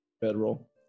bedroll